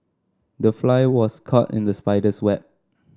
the fly was caught in the spider's web